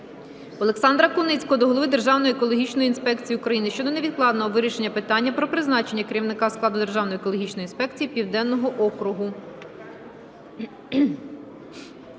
Олександра Куницького до голови Державної екологічної інспекції України щодо невідкладного вирішення питання про призначення керівника складу Державної екологічної інспекції Південного округу.